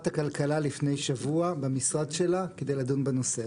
הכלכלה לפני שבוע במשרד שלה כדי לדון בנושא הזה.